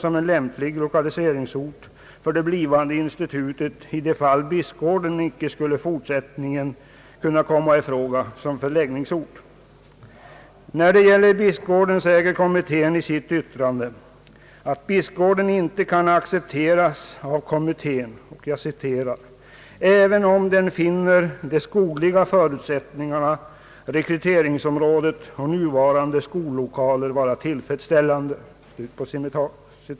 Om Bispgården säger kommittén i sitt yttrande att Bispgården inte kan accepteras av kommittén även om den finner de skogliga förutsättningarna, rekryteringsområdet och «nuvarande skollokaler vara tillfredsställande.